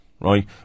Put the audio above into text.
right